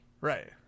right